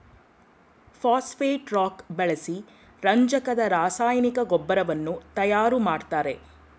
phosphate rock ಬಳಸಿ ರಂಜಕದ ರಾಸಾಯನಿಕ ಗೊಬ್ಬರವನ್ನು ತಯಾರು ಮಾಡ್ತರೆ